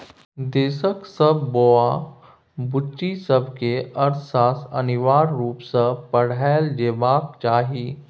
देशक सब बौआ बुच्ची सबकेँ अर्थशास्त्र अनिवार्य रुप सँ पढ़ाएल जेबाक चाही